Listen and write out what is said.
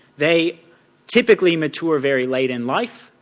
they typically mature very late in life,